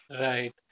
Right